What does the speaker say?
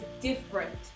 different